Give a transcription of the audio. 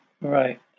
right